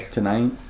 Tonight